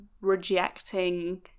rejecting